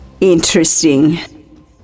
Interesting